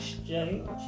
exchange